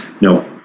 no